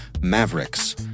Mavericks